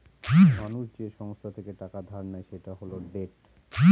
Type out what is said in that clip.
মানুষ যে সংস্থা থেকে টাকা ধার নেয় সেটা হল ডেট